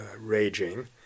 raging